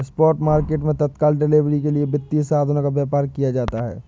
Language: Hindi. स्पॉट मार्केट मैं तत्काल डिलीवरी के लिए वित्तीय साधनों का व्यापार किया जाता है